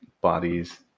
Bodies